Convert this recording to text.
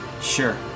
Sure